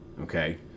okay